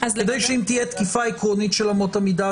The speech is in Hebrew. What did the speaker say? כדי שאם תהיה תקיפה עקרונית של אמות המידה,